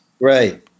Right